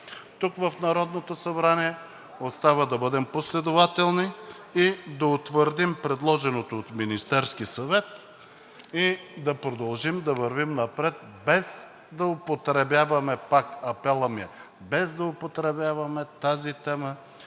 Тук в Народното събрание остава да бъдем последователни и да утвърдим предложеното от Министерския съвет и да продължим да вървим напред, без да употребяваме – пак апела ми – без да употребяваме тази тема